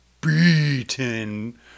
beaten